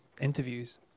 interviews